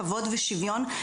כבוד ושוויון,